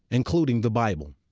including the bible.